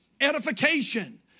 edification